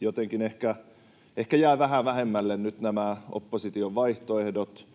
jotenkin ehkä jäävät vähän vähemmälle nyt nämä opposition vaihtoehdot.